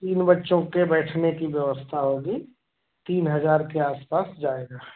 तीन बच्चों के बैठने की व्यवस्था होगी तीन हज़ार के आस पास जाएगा